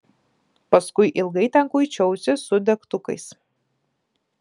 paskui ilgai ten kuičiausi su degtukais